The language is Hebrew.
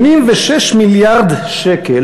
86 מיליארד שקלים